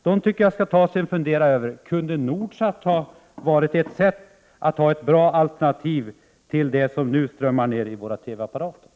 Jag tycker att de skall ta sig en funderare: Kunde Nordsat ha varit ett sätt att få ett bra alternativ till det som nu strömmar ner i våra TV-apparater?